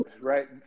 right